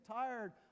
tired